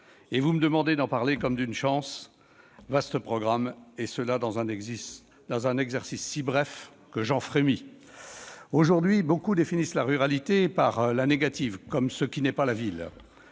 Et vous me demandez d'en parler comme d'une chance ? Vaste programme, au surplus dans un temps si bref que j'en frémis. Aujourd'hui, beaucoup définissent la ruralité par la négative, comme ce qui n'est pas la ville.